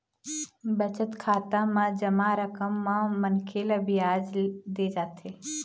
बचत खाता म जमा रकम म मनखे ल बियाज दे जाथे